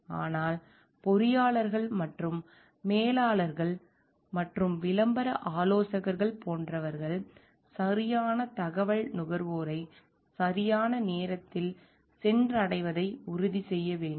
ஆனால் பொறியாளர்கள் மற்றும் மேலாளர்கள் மற்றும் விளம்பர ஆலோசகர்கள் போன்றவர்கள் சரியான தகவல் நுகர்வோரை சரியான நேரத்தில் சென்றடைவதை உறுதி செய்ய வேண்டும்